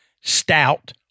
stout